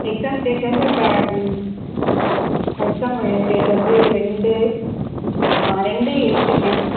exam date வந்து இப்போ exam date வந்து ரெண்டு ரெண்டு எட்டுங்க